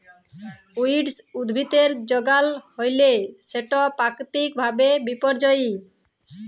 weed উদ্ভিদের যগাল হ্যইলে সেট পাকিতিক ভাবে বিপর্যয়ী